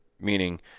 meaning